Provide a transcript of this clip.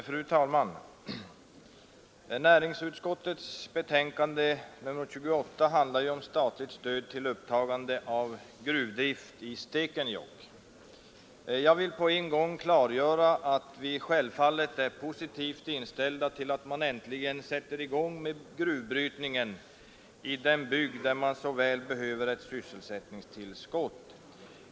Fru talman! Näringsutskottets betänkande nr 28 handlar om statligt stöd till upptagande av gruvdrift vid Stekenjokk. Jag vill på en gång klargöra att vi självfallet är positivt inställda till att man äntligen sätter i gång med malmbrytningen i en bygd som så väl behöver ett sysselsättningstillskott.